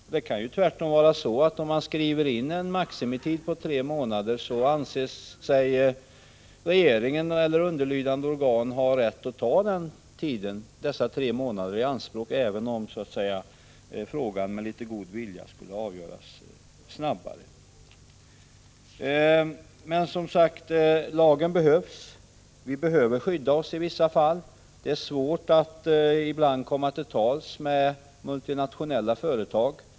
Om man i lagen skriver in att maximitiden skall vara tre månader kan det innebära att regeringen eller underlydande organ anser sig ha rätt att ta dessa tre månader i anspråk, även om ärendet med litet god vilja skulle kunna avgöras snabbare. Lagen behövs, eftersom vi i Sverige behöver skydda oss i vissa fall. Det är ibland svårt att komma till tals med multinationella företag.